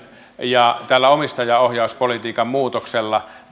ja tällä omistajaohjauspolitiikan muutoksella